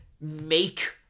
make